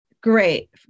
Great